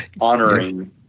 honoring